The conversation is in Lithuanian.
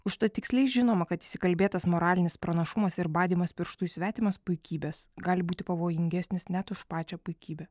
užtat tiksliai žinoma kad įsikalbėtas moralinis pranašumas ir badymas pirštu į svetimas puikybes gali būti pavojingesnis net už pačią puikybę